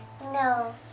No